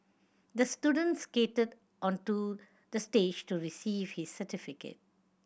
the student skated onto the stage to receive his certificate